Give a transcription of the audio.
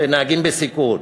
לנהגים בסיכון,